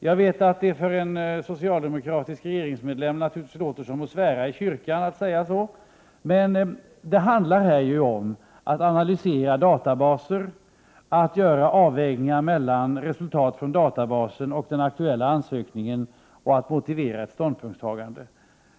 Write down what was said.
Jag vet att det för en socialdemokratisk regeringsmedlem naturligtvis låter som att svära i kyrkan att säga så. Men det handlar här om att analysera databaser, att göra avvägningar mellan resultat från databasen och den aktuella ansökningen och att motivera ett ståndpunktstagande.